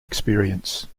experience